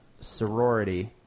sorority